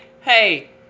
hey